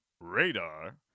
Radar